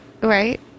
right